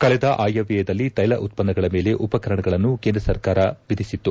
ಕಳೆದ ಆಯವ್ಯಯದಲ್ಲಿ ತೈಲ ಉತ್ಪನ್ನಗಳ ಮೇಲೆ ಉಪಕರಗಳನ್ನು ಕೇಂದ್ರ ಸರ್ಕಾರ ವಿಧಿಸಿತ್ತು